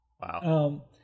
wow